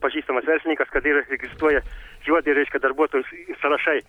pažįstamas verslininkas kad yra registruoja juodi reiškia darbuotojų sąrašai